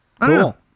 Cool